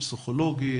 פסיכולוגי,